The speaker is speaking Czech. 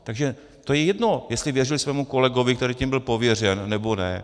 Takže to je jedno, jestli věřil svému kolegovi, který tím byl pověřen, nebo ne.